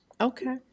Okay